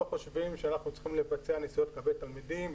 לא חושבים שאנחנו צריכים לבצע נסיעות קווי תלמידים.